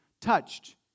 touched